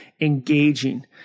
engaging